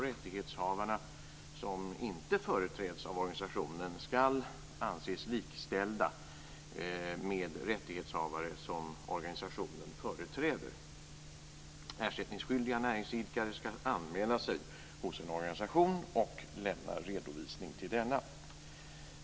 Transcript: Rättighetshavarna, som inte företräds av organisationen, skall anses likställda med rättighetshavare som organisationen företräder. Ersättningsskyldiga näringsidkare skall anmäla sig hos en organisation och lämna redovisning till denna.